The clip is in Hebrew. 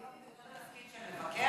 היום היא בעצם יותר בתפקיד של מבקרת?